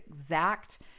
exact